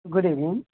good evening